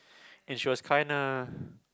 and she was kinda